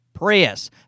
Prius